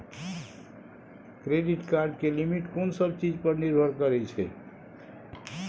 Credit card के limit कोन सब चीज पर निर्भर करै छै?